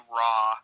raw